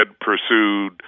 pursued